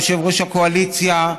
יושב-ראש הקואליציה,